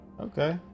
Okay